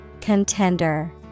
contender